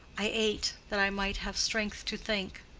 i ate, that i might have strength to think.